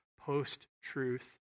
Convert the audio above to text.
post-truth